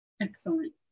Excellent